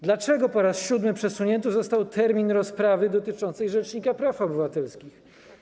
Dlaczego po raz siódmy przesunięty został termin rozprawy dotyczącej rzecznika praw obywatelskich?